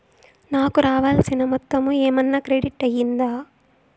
నాకు రావాల్సిన మొత్తము ఏమన్నా క్రెడిట్ అయ్యిందా